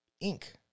ink